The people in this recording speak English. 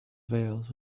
veils